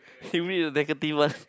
humid to negative one